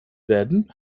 werden